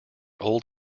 old